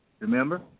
Remember